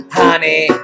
honey